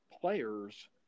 players